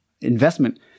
investment